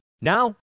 Now